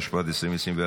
התשפ"ד 2024,